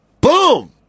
Boom